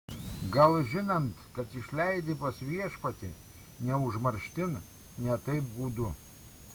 gal žinant kad išleidi pas viešpatį ne užmarštin ne taip gūdu